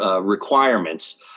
Requirements